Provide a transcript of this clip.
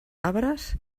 arbres